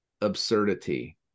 absurdity